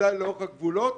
בוודאי לאורך הגבולות,